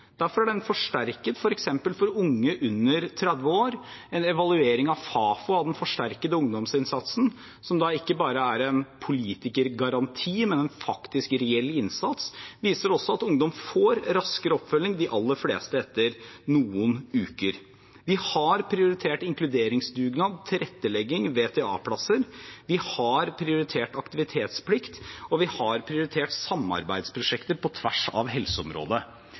Derfor er den forsterket, f.eks. for unge under 30 år. En evaluering gjort av Fafo av den forsterkede ungdomsinnsatsen – som ikke bare er en politikergaranti, men en faktisk reell innsats – viser også at ungdom får raskere oppfølging, de aller fleste etter noen uker. Vi har prioritert inkluderingsdugnad, tilrettelegging og VTA-plasser, vi har prioritert aktivitetsplikt, og vi har prioritert samarbeidsprosjekter på tvers av helseområdet.